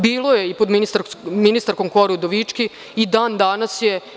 Bilo je i pod ministarkom Kori Udovički i dan danas je.